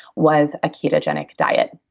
was a ketogenic diet.